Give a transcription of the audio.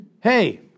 hey